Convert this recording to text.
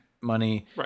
money